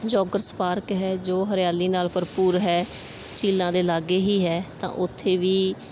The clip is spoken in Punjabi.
ਜੋਗਰਸ ਪਾਰਕ ਹੈ ਜੋ ਹਰਿਆਲੀ ਨਾਲ ਭਰਪੂਰ ਹੈ ਝੀਲਾਂ ਦੇ ਲਾਗੇ ਹੀ ਹੈ ਤਾਂ ਉੱਥੇ ਵੀ